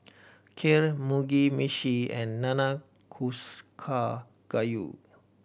Kheer Mugi Meshi and Nanakusa Gayu